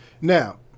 Now